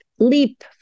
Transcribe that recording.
leap